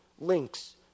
links